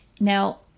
Now